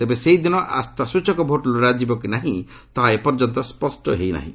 ତେବେ ସେହିଦିନ ଆସ୍ଥାସ୍ଟଚକ ଭୋଟ୍ ଲୋଡ଼ାଯିବ କି ନାହିଁ ତାହା ଏପର୍ଯ୍ୟନ୍ତ ସ୍ୱଷ୍ଟ ହୋଇ ନାହିଁ